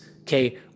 okay